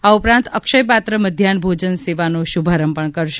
આ ઉપરાંત અક્ષય પાત્ર મધ્યાન ભોજન સેવાનો શુભારંભ પણ કરશે